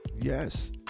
Yes